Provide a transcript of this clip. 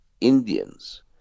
indians